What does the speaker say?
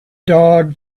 dog